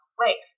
wait